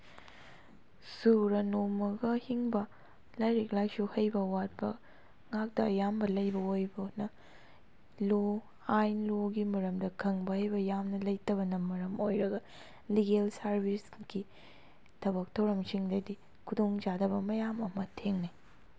ꯁꯨꯔ ꯅꯣꯝꯃꯒ ꯍꯤꯡꯕ ꯂꯥꯏꯔꯤꯛ ꯂꯥꯏꯁꯨ ꯍꯩꯕ ꯋꯥꯠꯄ ꯉꯥꯛꯇ ꯑꯌꯥꯝꯕ ꯂꯩꯕ ꯑꯣꯏꯕꯅ ꯂꯣ ꯑꯥꯏꯟ ꯂꯣꯒꯤ ꯃꯔꯝꯗ ꯈꯪꯕ ꯍꯩꯕ ꯌꯥꯝꯅ ꯂꯩꯇꯕꯅ ꯃꯔꯝ ꯑꯣꯏꯔꯒ ꯂꯤꯒꯦꯜ ꯁꯥꯔꯚꯤꯁꯀꯤ ꯊꯕꯛ ꯊꯧꯔꯝꯁꯤꯡꯗꯗꯤ ꯈꯨꯗꯣꯡ ꯆꯥꯗꯕ ꯃꯌꯥꯝ ꯑꯃ ꯊꯦꯡꯅꯩ